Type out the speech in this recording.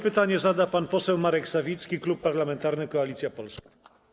Pytanie zada pan poseł Marek Sawicki, Klub Parlamentarny Koalicja Polska.